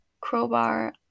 crowbar